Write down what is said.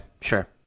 sure